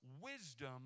wisdom